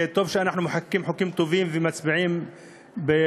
וטוב שאנחנו מחוקקים חוקים טובים ומצביעים בהסכם,